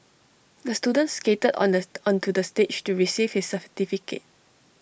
the student skated onto onto the stage to receive his certificate